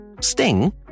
Sting